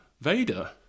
Vader